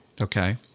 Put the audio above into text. Okay